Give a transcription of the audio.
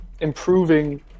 improving